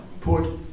put